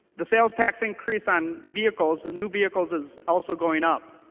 the sales tax increase on vehicles new vehicles is also going up